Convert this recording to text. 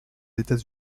états